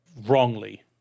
wrongly